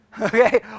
Okay